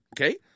Okay